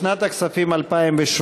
לשנת הכספים 2017,